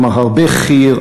כלומר הרבה חי"ר,